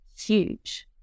huge